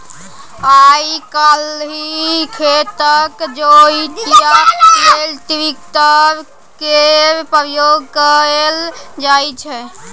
आइ काल्हि खेतक जोतइया लेल ट्रैक्टर केर प्रयोग कएल जाइ छै